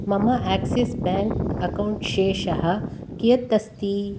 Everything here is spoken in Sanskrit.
मम आक्सिस् बैङ्क् अकौण्ट् शेषः कियत् अस्ति